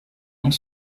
one